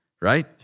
right